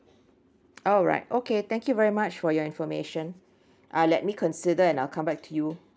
alright okay thank you very much for your information ah let me consider and I'll come back to you